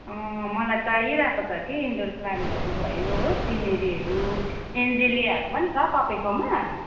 मलाई चाहिरहेको छ कि इन्डोर प्लान्टहरू भयो सिनेरीहरू एन्जेलियाहरू पनि छ तपाईँकोमा